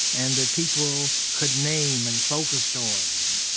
and that people could name and focus yeah on.